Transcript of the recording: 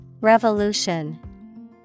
Revolution